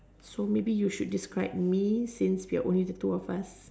so maybe you should describe me since there are only the two of us